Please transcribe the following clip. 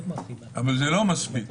אבל זה לא מספיק.